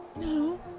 No